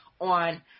on